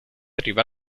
arriva